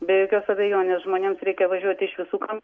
be jokios abejonės žmonėms reikia važiuoti iš visų kam